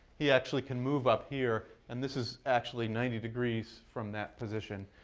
he actually can move up here. and this is actually ninety degrees from that position.